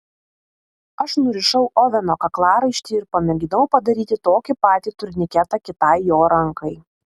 aš nurišau oveno kaklaraištį ir pamėginau padaryti tokį patį turniketą kitai jo rankai